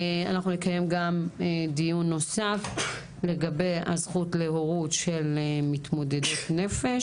אנחנו נקיים גם דיון נוסף לגבי הזכות להורות של מתמודדות נפש.